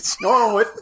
No